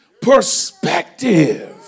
perspective